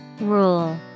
Rule